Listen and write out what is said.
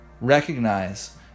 recognize